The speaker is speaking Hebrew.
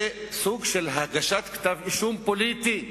זה סוג של הגשת כתב אישום פוליטי,